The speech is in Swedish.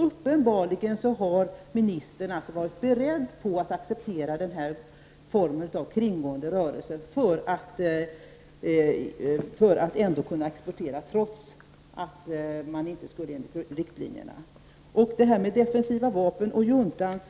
Uppenbarligen har ministern varit beredd att acceptera den här formen av kringgående rörelse för att kunna exportera trots att man inte skulle kunna det enligt riktlinjerna. Frågan om defensiva vapen och juntan